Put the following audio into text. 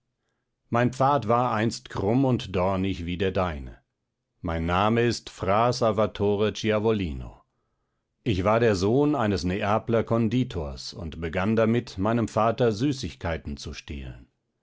mein pfad war einst krumm und dornig wie der deine mein name ist fra salvatore ciavolino ich war der sohn eines neapler conditors und begann damit meinem vater süßigkeiten zu stehlen